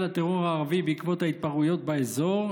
לטרור הערבי בעקבות התפרעויות באזור?